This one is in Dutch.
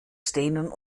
stenen